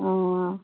ꯎꯝ